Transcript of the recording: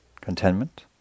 contentment